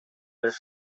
les